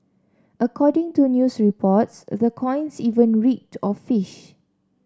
according to news reports the coins even reeked of fish